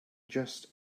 just